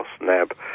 NAB